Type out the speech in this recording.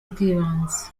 bw’ibanze